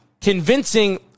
convincing